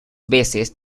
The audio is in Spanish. veces